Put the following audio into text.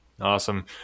awesome